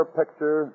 picture